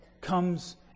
comes